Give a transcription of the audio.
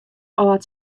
âld